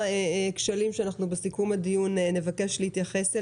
כשלים שבסיכום הדיון נבקש להתייחס אליהם.